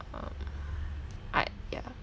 um ya